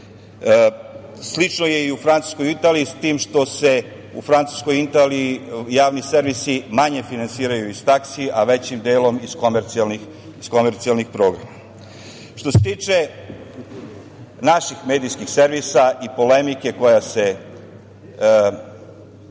Slično je i u Francuskoj i Italiji, s tim što se u Francuskoj i Italiji javni servisi manje finansiraju iz takse, a većim delom iz komercijalnih programa. Što se tiče naših medijskih servisa i polemike koja se